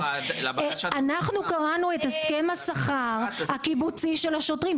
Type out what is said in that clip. אנחנו קראנו את הסכם השכר הקיבוצי של השוטרים,